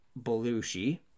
Belushi